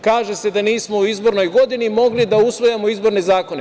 Kaže se da nismo u izbornoj godini mogli da usvajamo izborne zakone.